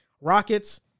Rockets